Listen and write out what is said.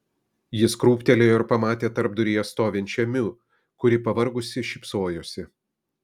jis krūptelėjo ir pamatė tarpduryje stovinčią miu kuri pavargusi šypsojosi